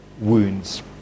wounds